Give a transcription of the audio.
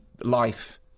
life